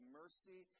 mercy